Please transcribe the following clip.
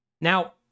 Now